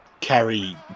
carry